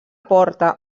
porta